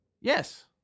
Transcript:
Yes